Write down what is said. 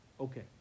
Okay